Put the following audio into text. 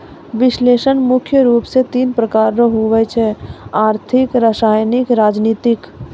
विश्लेषण मुख्य रूप से तीन प्रकार रो हुवै छै आर्थिक रसायनिक राजनीतिक